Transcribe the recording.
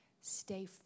Stay